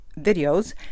Videos